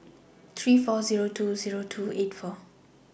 three four Zero two Zero two eight four